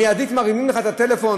מייד מרימים לך את הטלפון,